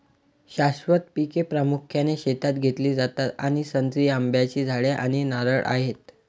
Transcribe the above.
शाश्वत पिके प्रामुख्याने शेतात घेतली जातात आणि संत्री, आंब्याची झाडे आणि नारळ आहेत